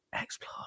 explore